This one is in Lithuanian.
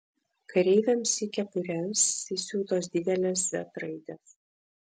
kareiviams į kepures įsiūtos didelės z raidės